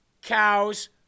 cows